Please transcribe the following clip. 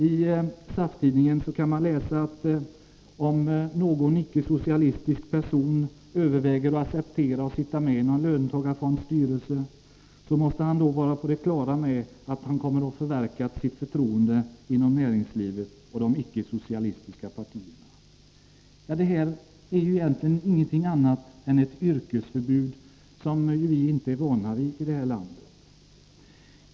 I SAF-tidningen kan man läsa, att om någon icke-socialistisk person överväger att acceptera att sitta med i någon löntagarfonds styrelse, måste han vara på det klara med att han kommer att ha förverkat sitt förtroende inom näringslivet och de icke-socialistiska partierna. Det är egentligen ingenting annat än ett yrkesförbud, som vi inte är vana vid i det här landet.